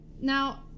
now